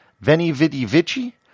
Veni-Vidi-Vici